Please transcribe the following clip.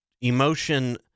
emotion